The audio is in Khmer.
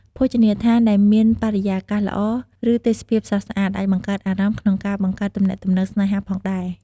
ភោជនីយដ្ឋានដែលមានបរិយាកាសល្អ ឬទេសភាពស្រស់ស្អាត អាចបង្កើតអារម្មណ៍ក្នុងការបង្កើតទំនាក់ទំនងស្នេហាផងដែរ។